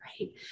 right